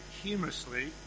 humorously